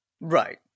Right